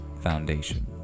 Foundation